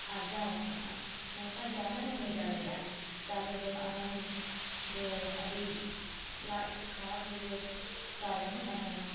ᱟᱨᱡᱟᱣ ᱟᱠᱟᱫᱟ ᱱᱚᱝᱠᱟᱱ ᱪᱟᱣᱞᱮ ᱦᱚᱸ ᱦᱮᱡ ᱫᱟᱲᱮᱭᱟᱜᱼᱟ ᱪᱟᱣᱞᱮ ᱫᱚ ᱟᱫᱟᱱ ᱫᱚ ᱟᱹᱰᱤ ᱞᱟᱡ ᱠᱷᱟᱨᱟᱯ ᱞᱟᱹᱜᱤᱫ ᱪᱟᱣᱞᱮ ᱦᱚᱸ ᱛᱟᱦᱮᱱᱟ